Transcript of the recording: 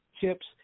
chips